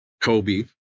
Kobe